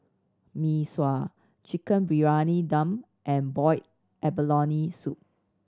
Mee Sua Chicken Briyani Dum and boiled abalone soup